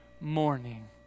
morning